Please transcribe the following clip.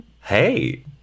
hey